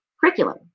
curriculum